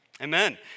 Amen